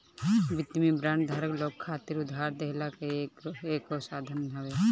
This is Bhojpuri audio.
वित्त में बांड धारक लोग खातिर उधार देहला कअ एगो साधन हवे